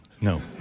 No